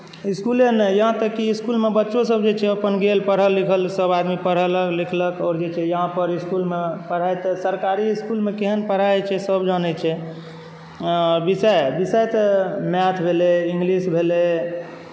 इस्कुले नहि यहाँ तक कि इस्कुलमे बच्चोसभ जे छै अपन गेल पढ़ल लिखल सभआदमी पढ़लक लिखलक आओर जे छै यहाँ पर इस्कुलमे पढ़ाइ तऽ सरकारी इस्कुलमे केहन पढ़ाइ होइत छै सभ जनैत छै विषय विषय तऽ मैथ भेलै इंग्लिश भेलै